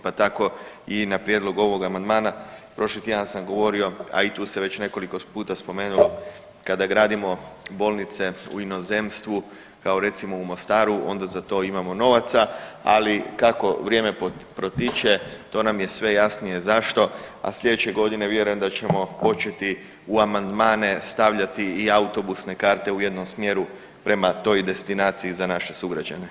Pa tako i na prijedlog ovog amandmana prošli tjedan sam govorio, a i tu se već nekoliko puta spomenulo kada gradimo bolnice u inozemstvu kao recimo u Mostaru onda za to imamo novaca, ali kako vrijeme protiće to nam je sve jasnije zašto, a sljedeće godine vjerujem da ćemo početi u amandmane stavljati i autobusne karte u jednom smjeru prema toj destinaciji za naše sugrađane.